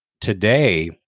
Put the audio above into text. today